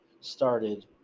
started